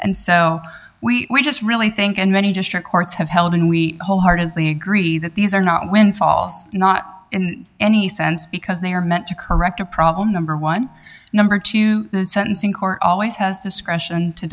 and so we just really think and many district courts have held and we wholeheartedly agree that these are not windfalls not in any sense because they are meant to correct a problem number one number two the sentencing court always has discretion to